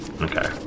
Okay